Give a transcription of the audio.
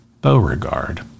Beauregard